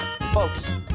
Folks